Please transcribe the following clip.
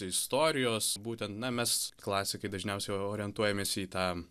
istorijos būtent na mes klasikai dažniausiai orientuojamės į tą